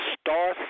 Star